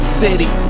city